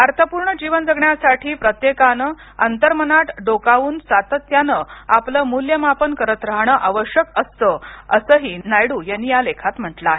अर्थपूर्ण जीवन जगण्यासाठी प्रत्येकानं अंतर्मनात डोकावून सातत्यानं आपलं मूल्यमापन करत राहाण आवश्यक असतं असं नायडू यांनी या लेखात म्हटलं आहे